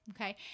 Okay